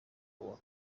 uwa